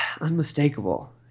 unmistakable